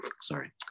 sorry